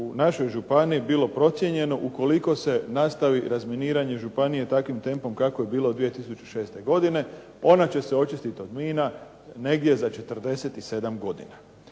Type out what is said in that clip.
u našoj županiji bilo procijenjeno, ukoliko se nastavi razminiranje takvim tempom kako je bilo 2006. godine, ona će se očistiti od mina negdje za 47 godina.